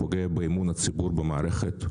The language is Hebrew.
הוא פוגע באמון הציבור במערכת.